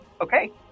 Okay